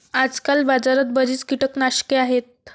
आजकाल बाजारात बरीच कीटकनाशके आहेत